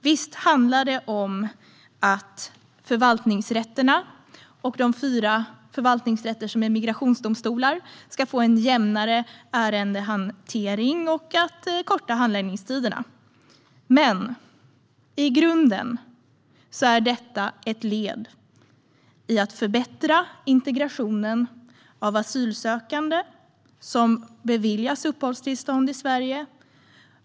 Det handlar om att förvaltningsrätterna och de fyra förvaltningsrätter som är migrationsdomstolar ska få en jämnare ärendehantering samtidigt som handläggningstiderna ska kortas. Men i grunden är detta ett led i att förbättra integrationen av asylsökande som beviljas uppehållstillstånd i Sverige.